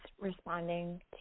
responding